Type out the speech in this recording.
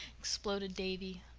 exploded davy.